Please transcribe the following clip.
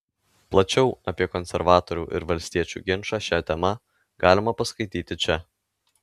plačiau apie konservatorių ir valstiečių ginčą šia tema galima paskaityti čia